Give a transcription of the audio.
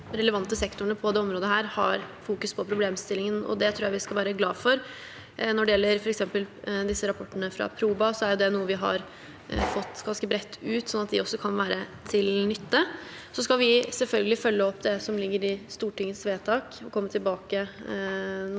de relevante sektorene på dette området fokuserer på problemstillingen, og det tror jeg vi skal være glade for. Når det gjelder f.eks. rapportene fra Proba, er det noe vi har fått ganske bredt ut, sånn at de også kan være til nytte. Vi skal selvfølgelig følge opp det som ligger i Stortingets vedtak, og komme tilbake når